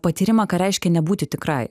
patyrimą ką reiškia nebūti tikrai